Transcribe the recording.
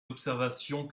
observations